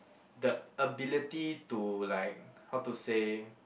the ability to like how to say